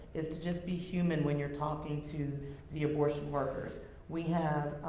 is to just be human when you're talking to the abortion workers. we have,